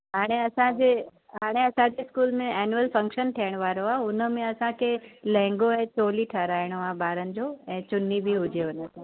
हाणे असांजे हाणे असांजे स्कूल में एनुअल फ़क्शन थियणु वारो आहे हुन में असांखे लहंगो ऐं चोली ठाराहिणो आहे ॿारनि जो ऐं चुनी बि हुजे हुन सां